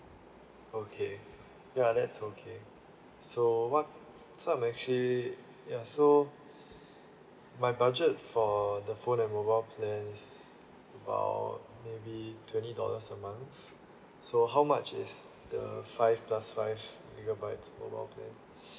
okay ya that's okay so what so I'm actually ya so my budget for the phone and mobile plans about maybe twenty dollars a month so how much is the five plus five gigabytes mobile plan